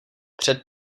před